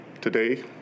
Today